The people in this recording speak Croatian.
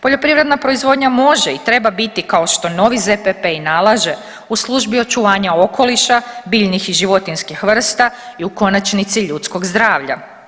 Poljoprivredna proizvodnja može i treba biti kao što novi ZPP i nalaže u službi očuvanja okoliša, biljnih i životinjskih vrsta i u konačnici ljudskog zdravlja.